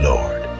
Lord